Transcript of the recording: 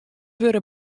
wurde